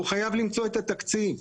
הוא חייב למצוא את התקציב,